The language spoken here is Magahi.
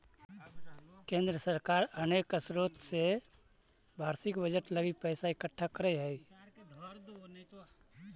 केंद्र सरकार अनेक स्रोत से वार्षिक बजट लगी पैसा इकट्ठा करऽ हई